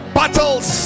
battles